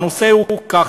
והנושא הוא כך,